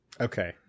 Okay